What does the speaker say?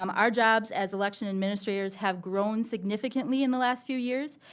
um our jobs as election administrators have grown significantly in the last few years,